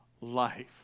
life